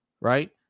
Right